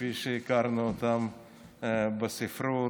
כפי שהכרנו אותם בספרות.